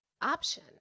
option